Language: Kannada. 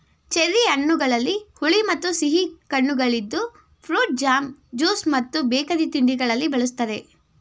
ಚೆರ್ರಿ ಹಣ್ಣುಗಳಲ್ಲಿ ಹುಳಿ ಮತ್ತು ಸಿಹಿ ಕಣ್ಣುಗಳಿದ್ದು ಫ್ರೂಟ್ ಜಾಮ್, ಜ್ಯೂಸ್ ಮತ್ತು ಬೇಕರಿ ತಿಂಡಿಗಳಲ್ಲಿ ಬಳ್ಸತ್ತರೆ